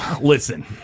listen